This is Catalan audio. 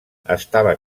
estava